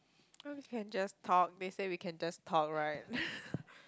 oh we can just talk they say we can just talk right